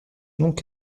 donc